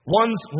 one's